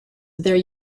there